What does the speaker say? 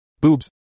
Boobs